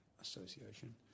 Association